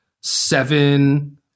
seven